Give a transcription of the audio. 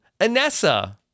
Anessa